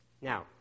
Now